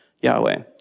Yahweh